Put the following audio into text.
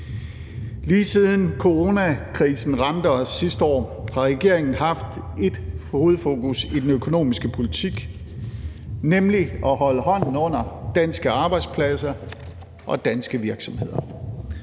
Lige siden coronakrisen ramte os sidste år, har regeringen haft ét hovedfokus i den økonomiske politik, nemlig at holde hånden under danske arbejdspladser og danske virksomheder